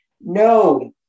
No